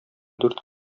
дүрт